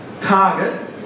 target